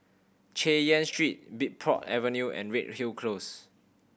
Chay Yan Street Bridport Avenue and Redhill Close